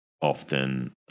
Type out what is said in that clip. often